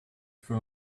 for